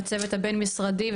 הצוות הבין משרדי,